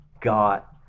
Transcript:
got